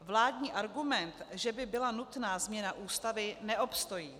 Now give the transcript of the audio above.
Vládní argument, že by byla nutná změna Ústavy, neobstojí.